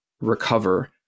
recover